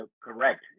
correct